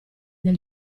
del